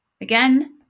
Again